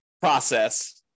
process